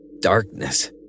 Darkness